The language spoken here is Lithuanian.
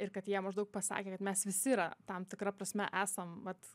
ir kad jie maždaug pasakė kad mes visi yra tam tikra prasme esam vat